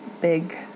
big